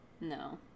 no